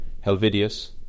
Helvidius